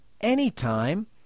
anytime